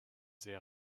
sehr